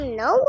no